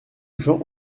jean